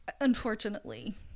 unfortunately